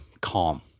calm